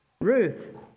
Ruth